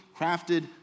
crafted